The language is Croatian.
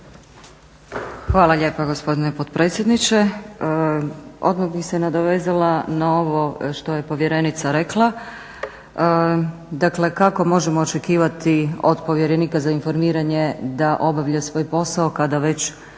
Hvala lijepo gospodine predsjedniče. Odmah bi se nadovezala na ovo što je povjerenica rekla. Dakle kako možemo očekivati od povjerenika za informiranje da obavlja svoj posao kada već